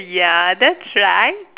ya that's right